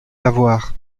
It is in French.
l’avoir